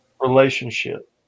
relationship